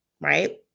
right